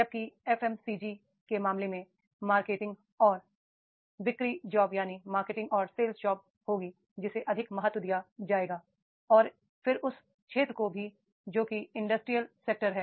जबकि एफएमसीजी के मामले में मार्केटिं ग और बिक्री जॉब होगी जिसे अधिक महत्व दिया जाएगा और फिर उस क्षेत्र को भी जो कि इंडस्ट्रियल सेक्टर है